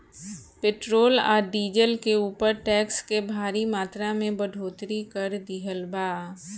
petrol आ diesel के ऊपर टैक्स के भारी मात्रा में बढ़ोतरी कर दीहल बा